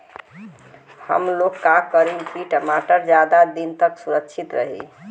हमलोग का करी की टमाटर ज्यादा दिन तक सुरक्षित रही?